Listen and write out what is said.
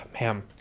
Man